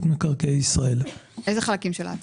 מקרקעי ישראל איזה חלקים של ההצעה?